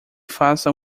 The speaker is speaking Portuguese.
faça